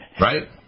right